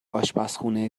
اشپزخونه